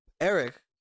Eric